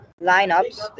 lineups